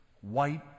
white